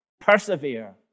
persevere